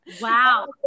Wow